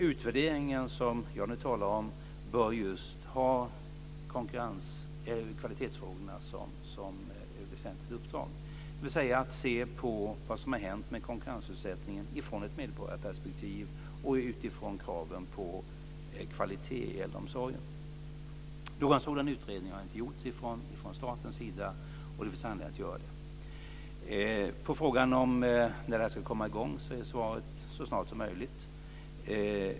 Utvärderingen som jag nu talar om bör just ha kvalitetsfrågorna som väsentligt uppdrag, dvs. se över vad som har hänt med konkurrensutsättningen ur ett medborgarperspektiv och utifrån kraven på kvalitet i äldreomsorgen. Någon sådan utredning har inte gjorts från statens sida och det finns anledning att göra det. På frågan när det här ska komma i gång är svaret så snart som möjligt.